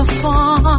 far